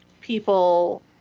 people